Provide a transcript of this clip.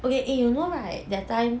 eh you know right that time